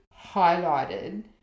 highlighted